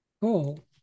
cool